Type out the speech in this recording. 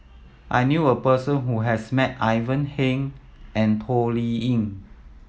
I knew a person who has met Ivan Heng and Toh Liying